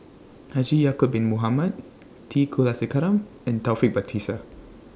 Haji Ya'Acob Bin Mohamed T Kulasekaram and Taufik Batisah